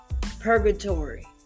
Purgatory